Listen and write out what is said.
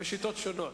בשיטות שונות,